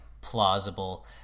plausible